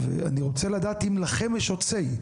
ואני רוצה לדעת אם לכם יש עוד say.